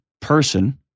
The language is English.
person